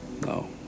No